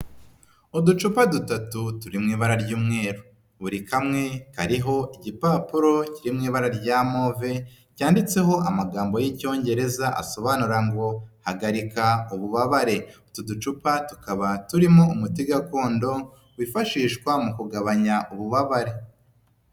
Uducupa dutatu turi mu ibara ry'umweru, buri kamwe hariho igipapuro kiri mu ibara rya move cyanditseho amagambo y'icyongereza asobanura ngo hagarika ububabare, utu ducupa tukaba turimo umuti gakondo wifashishwa mu kugabanya ububabare.